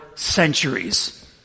centuries